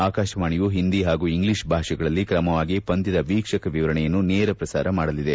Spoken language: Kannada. ಆಕಾಶವಾಣಿಯು ಹಿಂದಿ ಹಾಗೂ ಇಂಗ್ಲೀಷ್ ಭಾಷೆಗಳಲ್ಲಿ ಕ್ರಮವಾಗಿ ಪಂದ್ಲದ ವೀಕ್ಷಕ ವಿವರಣೆಯನ್ನು ನೇರ ಪ್ರಸಾರ ಮಾಡಲಿದೆ